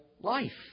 life